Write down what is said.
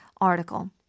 article